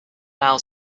now